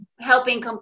helping